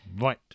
Right